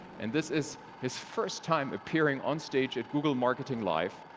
and this is his first time appearing on stage at google marketing live,